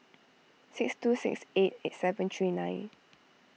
six two six eight eight seven three nine